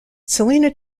selena